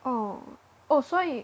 orh oh 所以